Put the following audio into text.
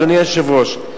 אדוני היושב-ראש,